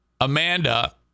Amanda